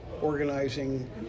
organizing